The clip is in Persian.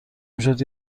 میشد